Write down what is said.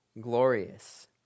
glorious